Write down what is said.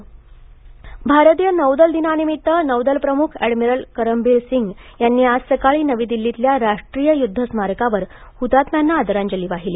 नौदल दिन भारतीय नौदल दिनानिमित्त नौदल प्रमुख अँडमिरल करमबिर सिंह यांनी आज सकाळी नवी दिल्लीतल्या राष्ट्रीय युद्ध स्मारकावर हुतात्म्यांना आदरांजली वाहिली